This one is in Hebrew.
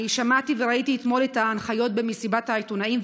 אני שמעתי וראיתי אתמול את ההנחיות במסיבת העיתונאים,